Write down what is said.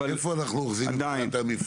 איפה אנחנו אוחזים במפרטים?